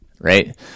right